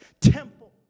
temple